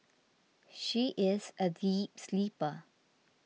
she is a deep sleeper